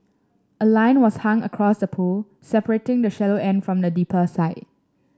a line was hung across the pool separating the shallow end from the deeper side